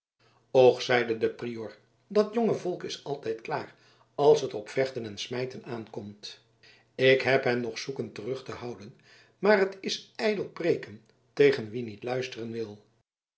och zeide de prior dat jonge volk is altijd klaar als het op vechten en smijten aankomt ik heb hen nog zoeken terug te houden maar het is ijdel preken tegen wie niet luisteren wil